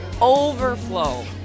overflow